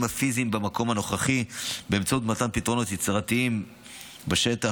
הפיזיים במקום הנוכחי באמצעות מתן פתרונות יצירתיים בשטח,